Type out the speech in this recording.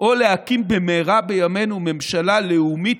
או להקים במהרה בימינו ממשלה לאומית,